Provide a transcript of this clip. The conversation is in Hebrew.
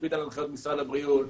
מקפיד על הנחיות משרד הבריאות.